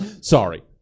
Sorry